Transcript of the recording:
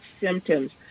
symptoms